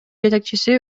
жетекчиси